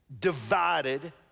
divided